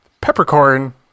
Peppercorn